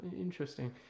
interesting